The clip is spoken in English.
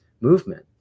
movement